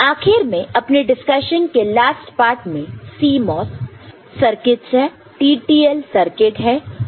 आखिर में अपने डिस्कशन के लास्ट पार्ट में CMOS सर्किटस है TTL सर्किट है